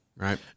right